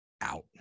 out